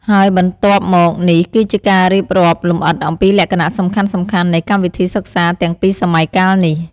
ហើយបន្ទាប់មកនេះគឺជាការរៀបរាប់លម្អិតអំពីលក្ខណៈសំខាន់ៗនៃកម្មវិធីសិក្សាទាំងពីរសម័យកាលនេះ។